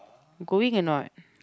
you going or not